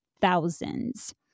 thousands